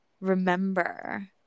remember